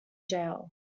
jail